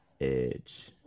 Edge